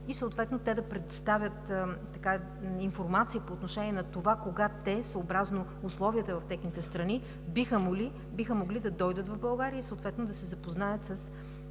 и съответно те да предоставят информация по отношение на това кога те, съобразно условията в техните страни, биха могли да дойдат в България и съответно да се запознаят с